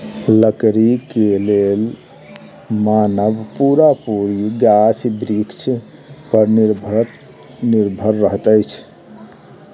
लकड़ीक लेल मानव पूरा पूरी गाछ बिरिछ पर निर्भर रहैत अछि